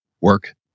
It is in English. work